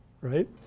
right